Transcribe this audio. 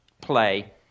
play